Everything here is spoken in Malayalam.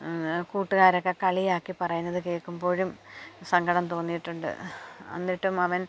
കൂട്ടുകാരൊക്കെ കളിയാക്കി പറയുന്നത് കേൾക്കുമ്പോഴും സങ്കടം തോന്നിയിട്ടുണ്ട് എന്നിട്ടും അവൻ